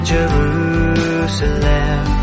Jerusalem